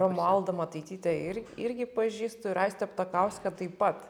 romualdą mataitytę ir irgi pažįstu ir aistę ptakauskę taip pat